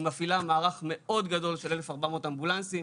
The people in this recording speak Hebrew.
היא מפעילה מערך מאוד גדול של 1,400 אמבולנסים,